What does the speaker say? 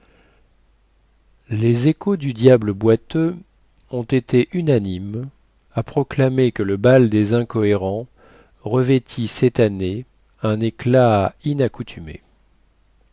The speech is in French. les échos du diable boiteux ont été unanimes à proclamer que le bal des incohérents revêtit cette année un éclat